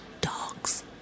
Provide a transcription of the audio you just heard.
dogs